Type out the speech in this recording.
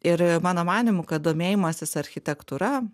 ir mano manymu kad domėjimasis architektūra